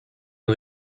une